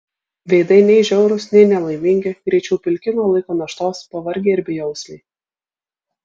veidai nei žiaurūs nei nelaimingi greičiau pilki nuo laiko naštos pavargę ir bejausmiai